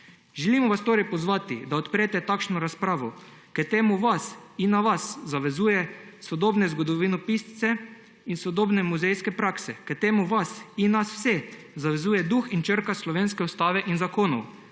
Želimo vas torej pozvati, da odprete takšno razpravo, k temu vas in nas vse zavezuje sodobno zgodovinopisje in sodobne muzejske prakse. K temu vas in nas vse zavezuje duh in črka slovenske ustave in zakonov.